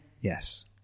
Yes